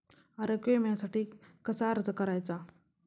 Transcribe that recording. आरोग्य विम्यासाठी कसा अर्ज करायचा?